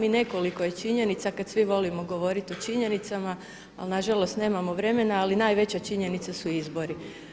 I nekoliko je činjenica kada svi volimo govori o činjenicama, ali na žalost nemamo vremena, ali najveća činjenica su izbori.